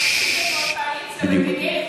שכחת שאת בקואליציה,